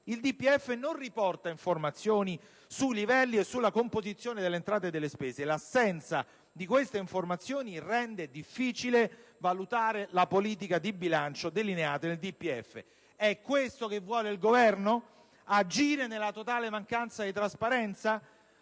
Il DPEF non riporta informazioni sui livelli e sulla composizione delle entrate e delle spese. L'assenza di queste informazioni rende difficile valutare la politica di bilancio delineata nel DPEF. È questo che vuole il Governo? Agire nella totale mancanza di trasparenza?